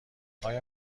آیا